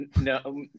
No